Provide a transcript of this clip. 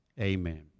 amen